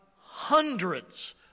hundreds